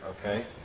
okay